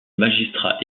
magistrats